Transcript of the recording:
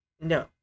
No